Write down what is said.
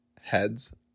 heads